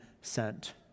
sent